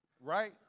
Right